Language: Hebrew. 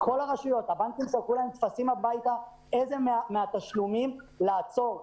הבנקים שלחו להם טפסים הביתה איזה מהתשלומים לעצור.